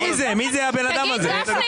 מי זה הבן אדם הזה?